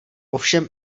ovšem